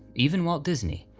even walt disney.